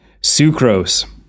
Sucrose